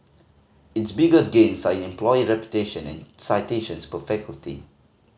its biggest gains are in employer reputation and citations per faculty